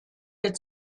der